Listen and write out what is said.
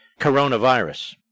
coronavirus